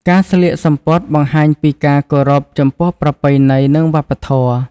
ការស្លៀកសំពត់បង្ហាញពីការគោរពចំពោះប្រពៃណីនិងវប្បធម៌។